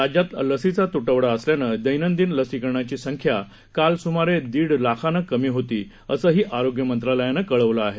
राज्यात लसीचा तुटवडा असल्यानं दैनंदिन लसीकरणाची संख्या काल सुमारे दीड लाखानं कमी होती असंही आरोग्य मंत्रालयानं कळवलं आहे